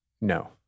No